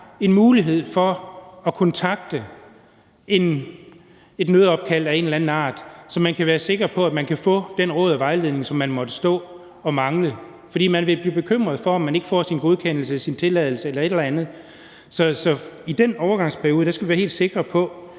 en mulighed for at kontakte nogen, et nødopkald af en eller anden art, så man kan være sikker på, at man kan få de råd og den vejledning, som man måtte mangle. For man kan blive bekymret for, om man ikke få sin godkendelse, sin tilladelse eller et eller andet. Så i den overgangsperiode skal vi være helt sikre på,